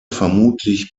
vermutlich